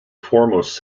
foremost